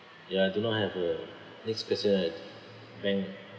ya I do not have a bank